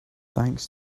thanks